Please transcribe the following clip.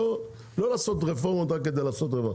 לא לעשות רפורמות רק כדי לעשות אותן.